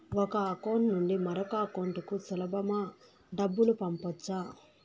ఒక అకౌంట్ నుండి మరొక అకౌంట్ కు సులభమా డబ్బులు పంపొచ్చా